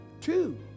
Two